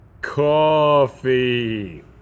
Coffee